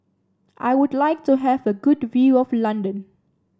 I would like to have a good view of London